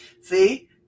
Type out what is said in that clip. see